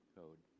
code